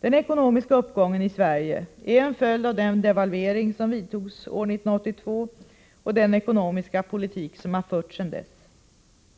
Den ekonomiska uppgången i Sverige är en följd av den devalvering som vidtogs år 1982 och den ekonomiska politik som har förts sedan dess.